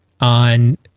on